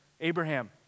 Abraham